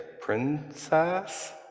Princess